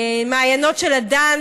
המעיינות של הדן,